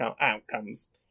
outcomes